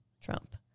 Trump